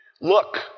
Look